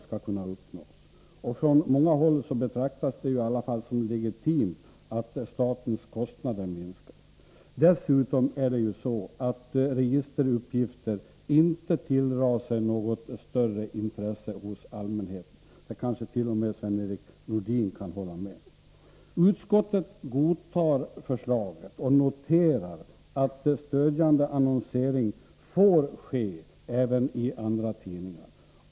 Det betraktas i alla fall från många håll som legitimt att statens kostnader minskas. Dessutom tilldrar sig inte registeruppgifter något större intresse hos allmänheten. Det kanske t.o.m. Sven-Erik Nordin kan hålla med om. Utskottet godtar förslaget och noterar att stödjande annonsering får ske även i andra tidningar.